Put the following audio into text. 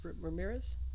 Ramirez